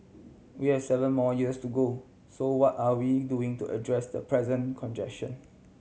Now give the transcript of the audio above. we have seven more years to go so what are we doing to address the present congestion